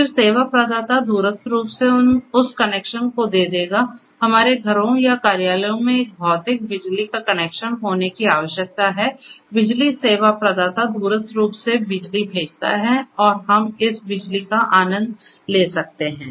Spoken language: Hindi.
फिर सेवा प्रदाता दूरस्थ रूप से उस कनेक्शन को दे देगा हमारे घरों या कार्यालयों में एक भौतिक बिजली का कनेक्शन होने की आवश्यकता है बिजली सेवा प्रदाता दूरस्थ रूप से बिजली भेजता है और हम इस बिजली का आनंद ले सकते हैं